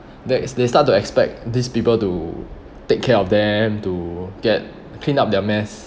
there is they start to expect these people to take care of them to get clean up their mess